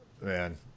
man